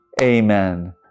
Amen